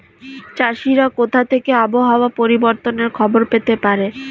চাষিরা কোথা থেকে আবহাওয়া পরিবর্তনের খবর পেতে পারে?